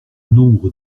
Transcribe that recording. nombre